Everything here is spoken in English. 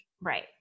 Right